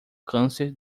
câncer